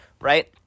right